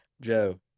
Joe